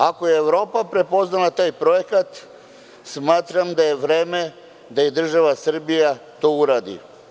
Ako je Evropa prepoznala taj projekat, smatram da je vreme da i država Srbija to uradi.